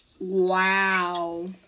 Wow